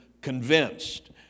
convinced